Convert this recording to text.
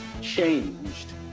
changed